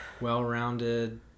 well-rounded